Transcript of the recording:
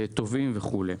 תובעים וכולי.